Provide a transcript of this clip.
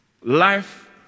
life